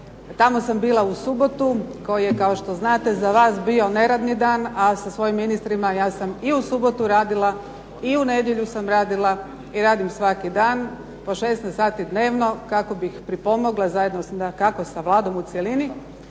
Tamo sam bila u subotu koji je kao što znate za vas bio neradni dan a sa svojim ministrima ja sam i u subotu radila, i u nedjelju sam radila, i radim svaki dan po 16 sati dnevno kako bih pripomogla zajedno sa Vladom u cjelini